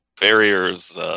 barriers